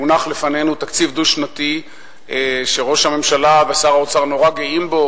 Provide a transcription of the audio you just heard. הונח בפנינו תקציב דו-שנתי שראש הממשלה ושר האוצר נורא גאים בו,